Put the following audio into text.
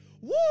Woo